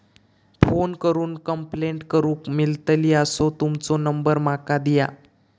Phone करून complaint करूक मेलतली असो तुमचो नंबर माका दिया?